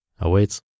awaits